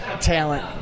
Talent